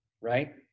right